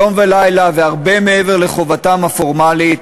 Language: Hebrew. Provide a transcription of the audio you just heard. יום ולילה והרבה מעבר לחובתם הפורמלית